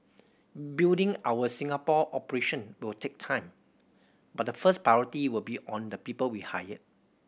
building our Singapore operation will take time but the first priority will be on the people we hire